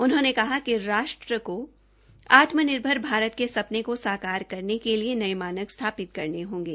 उन्होंने कहा कि राष्ट्र आत्मनिर्भर भारत के सपने को साकार करने के लिए नये मानक स्थापित करने होंगे